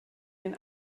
den